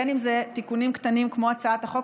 בין אם זה תיקונים קטנים כמו בהצעת החוק